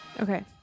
Okay